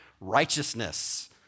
righteousness